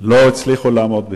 לא הצליחו לעמוד בכך.